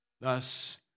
Thus